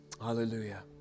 Hallelujah